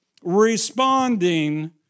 responding